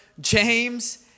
James